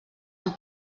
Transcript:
amb